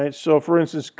and so for instance,